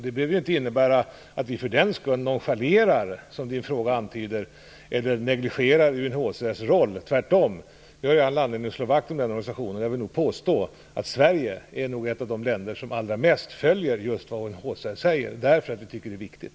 Det behöver inte innebära att vi för den skull nonchalerar - som din fråga antyder - eller negligerar UNHCR:s roll. Tvärtom! Vi har all anledning att slå vakt om den organisationen. Jag vill påstå att Sverige är en av de länder som mest följer vad UNHCR säger - därför att det är viktigt.